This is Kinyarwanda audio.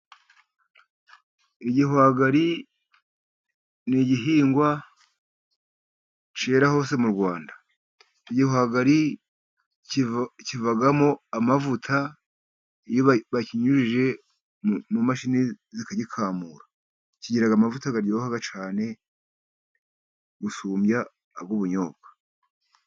Igihwagari ni igihingwa cyera hose mu Rwanda. Igihwagari kivamo amavuta bakinyujije mu mashini zikagikamura. Kigira amavuta akaryoha cyane gusumbya ay'ubunyobwa.